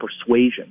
persuasion